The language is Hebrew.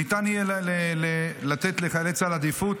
ניתן יהיה לתת לחיילי צה"ל עדיפות.